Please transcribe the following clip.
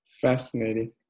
fascinating